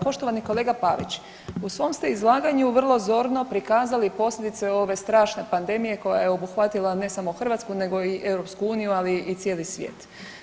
Poštovani kolega Pavić, u svom ste izlaganju vrlo zorno prikazali posljedice ove strašne pandemije koja je obuhvatila ne samo Hrvatsku nego i EU, ali i cijeli svijet.